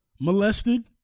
molested